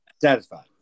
Satisfied